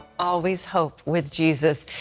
always hope with jesus.